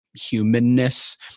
Humanness